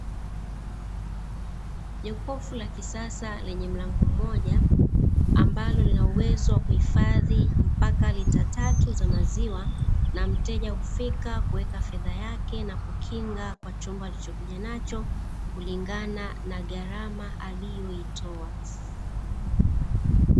Jokofu la kisasa lenye mlango mmoja, ambalo lina uwezo wa kuhifadhi mpaka lita tatu za maziwa, na mteja hufika kuweka fedha zake na kukinga kwa chombo alichokuja nacho, kulingana na gharama aliyoitoa.